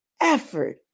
effort